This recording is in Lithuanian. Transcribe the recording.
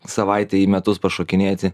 savaitei į metus pašokinėti